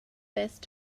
best